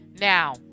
Now